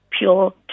pure